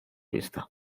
vista